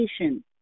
patient